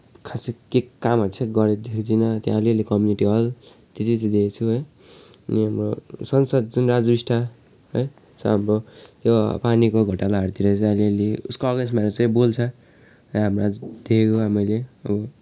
खासै केही कामहरू चाहिँ गरेको देखेको छैन त्यही अलिकति कम्युनिटी हल त्यत्ति चाहिँ देखेको छु है यो म सांसद जुन राजु बिस्ट है छ हाम्रो यो पानीको घोटालाहरूतिर चाहिँ अलि अलि उसको आवेशमा आएर चाहिँ बोल्छ र